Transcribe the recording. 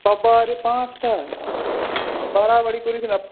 বাবা রে পাঁচটা বাড়াবাড়ি করিস না